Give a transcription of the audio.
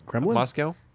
Moscow